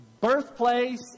birthplace